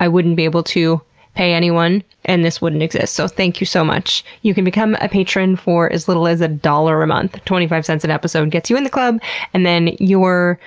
i wouldn't be able to pay anyone and this wouldn't exist, so thank you so much. you can become a patron for as little one ah dollars a month. twenty five cents an episode gets you in the club and then your